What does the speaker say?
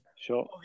Sure